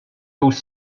whose